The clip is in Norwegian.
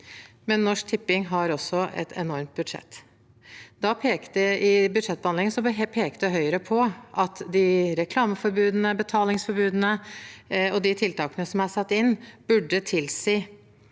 Norsk Tipping har også et enormt budsjett. I budsjettbehandlingen pekte Høyre på at reklameforbudene, betalingsforbudene og de tiltakene som er satt inn, burde tilsi